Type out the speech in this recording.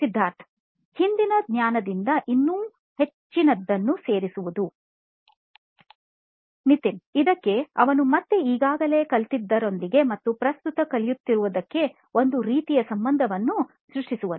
ಸಿದ್ಧಾರ್ಥ್ ಹಿಂದಿನ ಜ್ಞಾನ ದಲ್ಲಿ ಇನ್ನು ಹೆಚ್ಚಿನದ್ದನ್ನು ಸೇರಿಸುವುದು ನಿತಿನ್ ಇದಕ್ಕೆ ಮತ್ತು ಅವನು ಈಗಾಗಲೇ ಕಲಿತದ್ದರೊಂದಿಗೆ ಮತ್ತು ಪ್ರಸ್ತುತ ಕಲಿಯುತ್ತಿರುವುದಕ್ಕೆ ಒಂದು ರೀತಿಯ ಸಂಬಂಧವನ್ನು ಸೃಷ್ಟಿಸುವನು